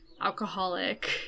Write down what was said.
alcoholic